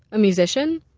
a musician?